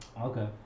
Okay